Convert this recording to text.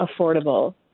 affordable